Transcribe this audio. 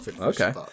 Okay